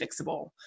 fixable